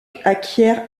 acquiert